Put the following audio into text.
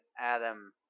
Adam